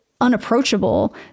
unapproachable